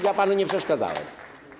Ja panu nie przeszkadzałem.